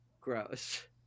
gross